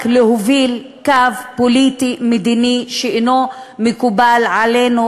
להוביל קו פוליטי-מדיני שאינו מקובל עלינו,